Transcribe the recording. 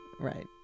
Right